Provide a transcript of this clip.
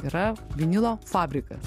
yra vinilo fabrikas